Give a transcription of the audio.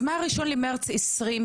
אז מה- 1 למרץ 2020,